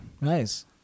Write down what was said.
Nice